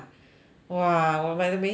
!wah! 我买的每期